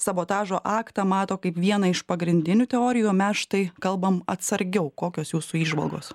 sabotažo aktą mato kaip vieną iš pagrindinių teorijų o mes štai kalbam atsargiau kokios jūsų įžvalgos